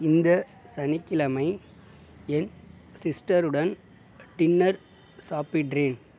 இந்த சனிக்கிழமை என் சிஸ்டருடன் டின்னர் சாப்பிடுறேன்